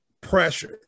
pressure